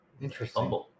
Interesting